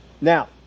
Now